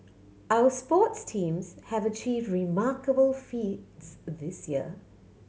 our sports teams have achieved remarkable feats this year